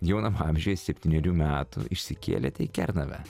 jaunam amžiuje septynerių metų išsikėlėt į kernavę